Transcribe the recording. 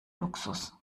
luxus